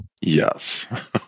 Yes